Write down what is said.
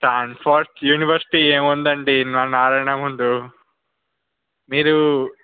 Stanford university ఏముంది అండి మన నారాయణ ముందు మీరు